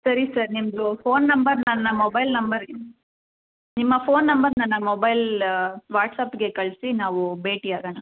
ಸರಿ ಸರ್ ನಿಮ್ಮದು phone number ನನ್ನ ಮೊಬೈಲ್ ನಂಬರ್ಗೆ ನಿಮ್ಮ ಫೋನ್ ನಂಬರ್ ನನ್ನ ಮೊಬೈಲ್ ವಾಟ್ಸಪ್ಗೆ ಕಳಿಸಿ ನಾವು ಭೇಟಿ ಆಗೋಣ